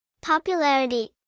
Popularity